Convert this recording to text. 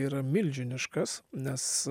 yra milžiniškas nes